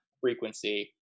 frequency